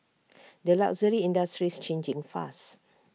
the luxury industry's changing fast